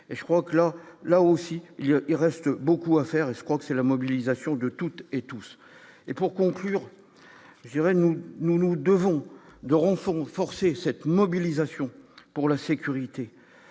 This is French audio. et je crois que là, là aussi il y a, il reste beaucoup à faire et je crois que c'est la mobilisation de toutes et tous et pour conclure, j'aimerais, nous, nous nous devons de renforts ont forcé cette mobilisation pour la sécurité,